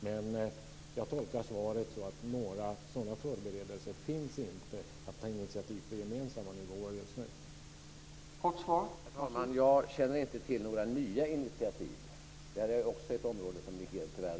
Man jag tolkar svaret så att några förberedelser för att ta initiativ på gemensamma nivåer inte finns just nu.